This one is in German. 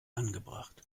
angebracht